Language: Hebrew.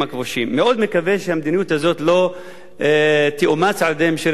אני מאוד מקווה שהמדיניות הזאת לא תאומץ על-ידי ממשלת ישראל,